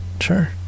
Sure